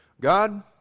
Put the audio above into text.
God